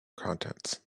contents